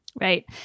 right